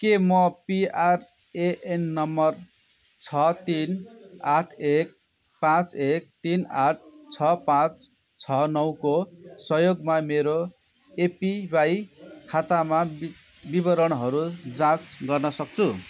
के म PRAN number छ तिन आठ एक पाँच एक तिन आठ छ पाँच छ नौको सहयोगमा मेरो एपिवाई खाताका विवरणहरू जाँच गर्न सक्छु